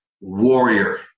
warrior